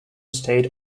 state